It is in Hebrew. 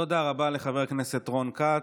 תודה רבה לחבר הכנסת רון כץ.